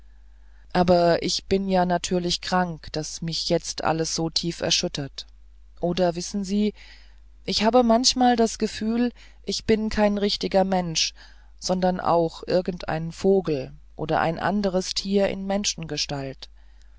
aber ich bin ja natürlich krank daß mich jetzt alles so tief erschüttert oder wissen sie ich habe manchmal das gefühl ich bin kein richtiger mensch sondern auch irgend ein vogel oder ein anderes tier in